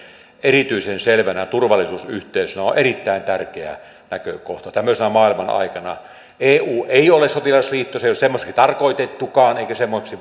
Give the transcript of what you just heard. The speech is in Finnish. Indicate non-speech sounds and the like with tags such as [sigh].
erityisen selvänä turvallisuusyhteisönä on erittäin tärkeä näkökohta tämmöisenä maailmanaikana eu ei ole sotilasliitto se ei ole semmoiseksi tarkoitettukaan eikä se semmoiseksi [unintelligible]